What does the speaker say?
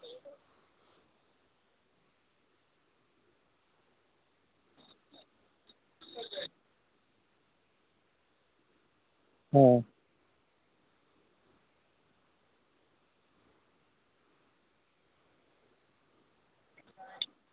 सबटा हँ तऽ बिहारके तऽ बहार छै बिहारमे बहार छै बुझलियै ने बिहार सीधे बिहार नहि छै बहार छै यहाँ लेकिन यहाँ के किछु आइ आइ काल्हिके नेता सब के किछु चलैत छनि एनऽ ओन्नऽ कारोबार